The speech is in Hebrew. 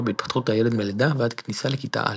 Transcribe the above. בהתפתחות הילד מלידה ועד כניסה לכתה א'.